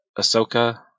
ahsoka